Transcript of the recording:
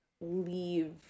leave